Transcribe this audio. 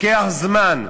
לוקח זמן,